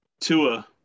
Tua